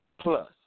plus